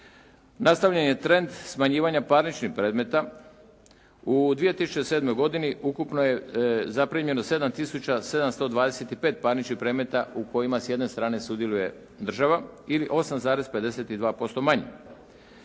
Nastavljen je trend smanjivanja parničnih predmeta. U 2007. godini ukupno je zaprimljeno 7 tisuća 725 parničnih predmeta u kojima s jedne strane sudjeluje država ili 8,52% manje.